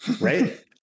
right